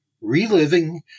Reliving